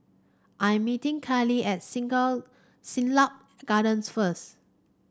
I'm meeting Kaylee at Siglap Gardens first